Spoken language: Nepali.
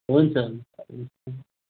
हुन्छ हुन्छ